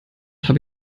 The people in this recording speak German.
habe